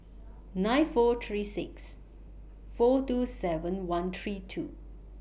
nine four three six four two seven one three two